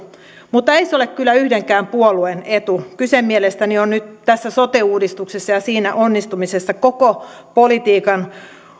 mutta ei se ole kyllä yhdenkään puolueen etu mielestäni tässä sote uudistuksessa ja siinä onnistumisessa on nyt kyse koko politiikan